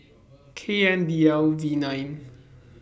K N D L V nine